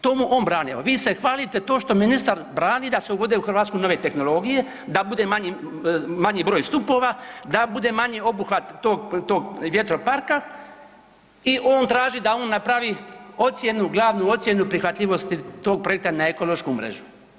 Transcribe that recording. To mu on brani, evo vi se hvalite to što ministar brani da se uvode u Hrvatsku nove tehnologije, da bude manji broj stupova, da bude manji obuhvat tog vjetroparka i on traži da on napravi ocjenu glavnu ocjenu prihvatljivosti tog projekta na ekološku mrežu.